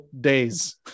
days